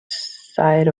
sight